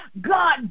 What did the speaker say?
God